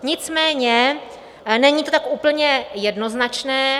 Nicméně není to tak úplně jednoznačné.